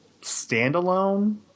standalone